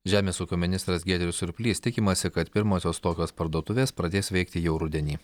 žemės ūkio ministras giedrius surplys tikimasi kad pirmosios tokios parduotuvės pradės veikti jau rudenį